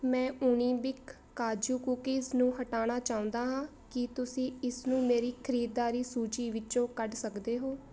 ਮੈਂ ਉਣੀਬਿਕ ਕਾਜੂ ਕੂਕੀਜ਼ ਨੂੰ ਹਟਾਣਾ ਚਾਹੁੰਦਾ ਹਾਂ ਕੀ ਤੁਸੀਂ ਇਸਨੂੰ ਮੇਰੀ ਖਰੀਦਦਾਰੀ ਸੂਚੀ ਵਿੱਚੋਂ ਕੱਢ ਸਕਦੇ ਹੋ